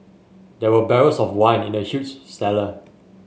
there were barrels of wine in the huge cellar